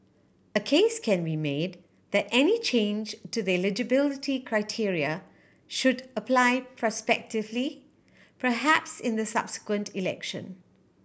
a case can be made that any change to the eligibility criteria should apply prospectively perhaps in the subsequent election